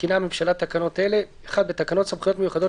מתקינה הממשלה תקנות אלה: 1. בתקנות סמכויות מיוחדות